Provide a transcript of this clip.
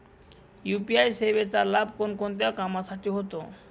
UPI सेवेचा लाभ कोणकोणत्या कामासाठी होतो?